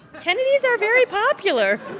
kennedys are very popular.